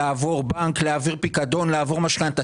לעבור בנק, להעביר פיקדון, לעבור משכנתה.